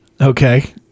Okay